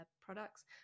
products